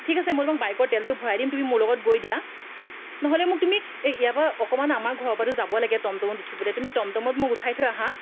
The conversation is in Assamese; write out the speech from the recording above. ঠিক আছে মই তোমাক বাইকৰ তেলটো ভৰাই দিম তুমি মোৰ লগত গৈ দিয়া নহ'লে মোক তুমি এই ইয়াৰ পৰা অকণমান আমাৰ ঘৰৰ পৰাতো যাব লাগে টমটমত উঠিবলৈ তুমি টমটমত মোক উঠাই থৈ আহা